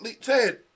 Ted